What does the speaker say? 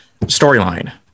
storyline